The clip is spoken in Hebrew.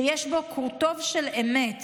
שיש בו קורטוב של אמת